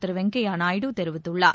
திருவெங்கையாநாயுடு தெரிவித்துள்ளார்